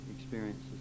experiences